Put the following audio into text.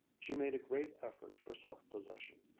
she made a great effort for self-possession.